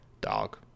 Dog